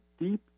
deep